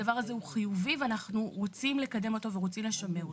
הדבר הזה הוא חיובי ואנחנו רוצים לקדם אותו ורוצים לשמר אותו.